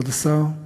כבוד השר.